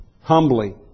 humbly